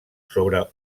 sobre